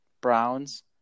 Browns